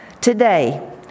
Today